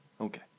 Okay